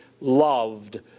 loved